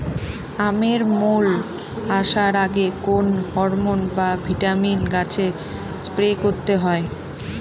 আমের মোল আসার আগে কোন হরমন বা ভিটামিন গাছে স্প্রে করতে হয়?